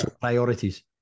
Priorities